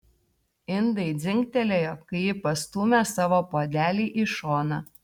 indai dzingtelėjo kai ji pastūmė savo puodelį į šoną